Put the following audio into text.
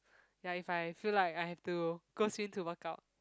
ya if I feel like I have to go swim to work out